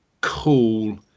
cool